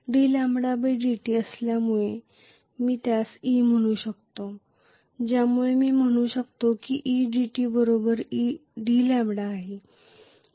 dλdt असल्यामुळे मी त्यास e म्हणू शकतो ज्यामुळे मी म्हणू शकतो की edt बरोबर dλ आहे